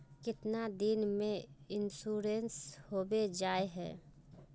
कीतना दिन में इंश्योरेंस होबे जाए है?